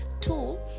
two